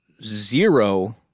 Zero